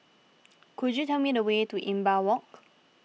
could you tell me the way to Imbiah Walk